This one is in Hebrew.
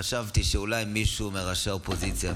וחשבתי שאולי מישהו מראשי האופוזיציה,